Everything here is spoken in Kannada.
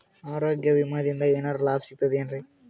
ಆರೋಗ್ಯ ವಿಮಾದಿಂದ ಏನರ್ ಲಾಭ ಸಿಗತದೇನ್ರಿ?